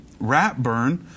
Ratburn